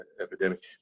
epidemic